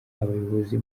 abayobozi